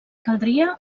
caldria